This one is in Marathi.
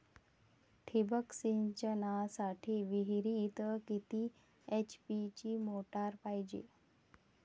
ठिबक सिंचनासाठी विहिरीत किती एच.पी ची मोटार पायजे?